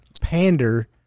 pander